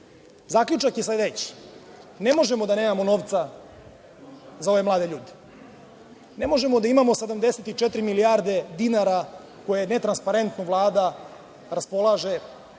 svet. Zaključak je sledeći, ne možemo da nemamo novca za ove mlade ljude. Ne možemo da imamo 74 milijarde dinara koje netransparentno Vlada raspolaže